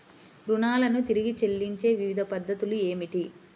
రుణాలను తిరిగి చెల్లించే వివిధ పద్ధతులు ఏమిటి?